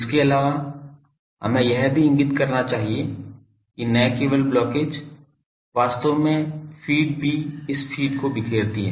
इसके अलावा हमें यह भी इंगित करना चाहिए कि न केवल ब्लॉकेज वास्तव में फ़ीड भी इस फ़ीड को बिखेरती है